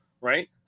right